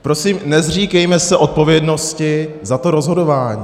Prosím, nezříkejme se odpovědnosti za to rozhodování.